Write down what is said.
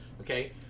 Okay